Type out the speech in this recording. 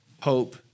hope